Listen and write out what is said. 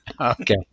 Okay